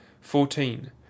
fourteen